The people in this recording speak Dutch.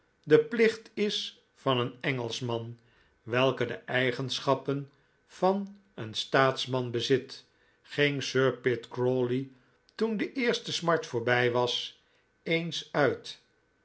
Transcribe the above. de plicht is van een engelschman welke de eigenschappen van een staatsman bezit ging sir pitt crawley toen de eerste smart voorbij was eens uit